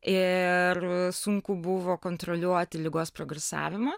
ir sunku buvo kontroliuoti ligos progresavimą